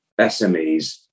SMEs